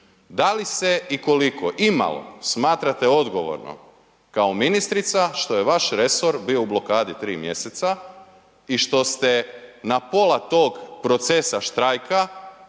Da li se i koliko imalo smatrate odgovornom kao ministrica što je vaš resor bio u blokadi 3 mj. i što ste na pola tog procesa štrajka